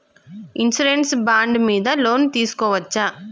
Insurance bond మీద loan తీస్కొవచ్చా?